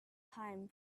time